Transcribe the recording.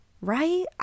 right